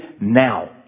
now